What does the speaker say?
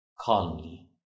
calmly